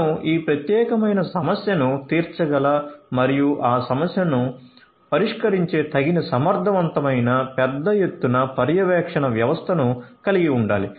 మనం ఈ ప్రత్యేకమైన సమస్యను తీర్చగల మరియు ఆ సమస్యను పరిష్కరించే తగిన సమర్థవంతమైన పెద్ద ఎత్తున పర్యవేక్షణ వ్యవస్థను కలిగి ఉండాలి